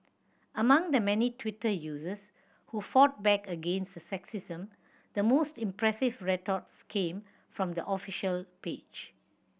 among the many Twitter users who fought back against the sexism the most impressive retorts came from the official page